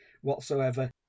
whatsoever